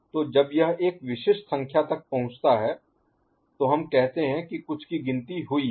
तो जब यह एक विशिष्ट संख्या तक पहुंचता है तो हम कहते हैं कि कुछ की गिनती हुई है